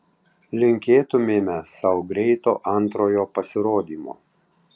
linkėtumėme sau greito antrojo pasirodymo